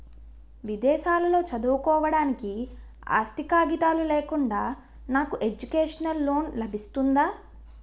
విదేశాలలో చదువుకోవడానికి ఆస్తి కాగితాలు లేకుండా నాకు ఎడ్యుకేషన్ లోన్ లబిస్తుందా?